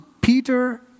Peter